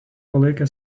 palaikė